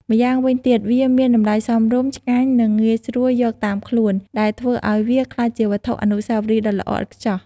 ម្យ៉ាងវិញទៀត វាមានតម្លៃសមរម្យ ឆ្ងាញ់ និងងាយស្រួលយកតាមខ្លួន ដែលធ្វើឱ្យវាក្លាយជាវត្ថុអនុស្សាវរីយ៍ដ៏ល្អឥតខ្ចោះ។